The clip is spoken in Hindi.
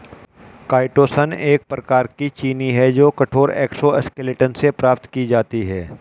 काईटोसन एक प्रकार की चीनी है जो कठोर एक्सोस्केलेटन से प्राप्त की जाती है